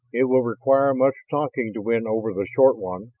it will require much talking to win over the short one,